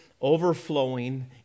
overflowing